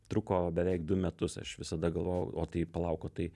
truko beveik du metus aš visada galvojau o tai palauk o tai